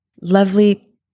Lovely